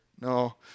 No